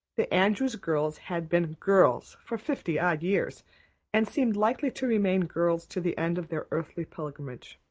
the andrew girls had been girls for fifty odd years and seemed likely to remain girls to the end of their earthly pilgrimage.